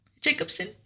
Jacobson